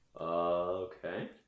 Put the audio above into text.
okay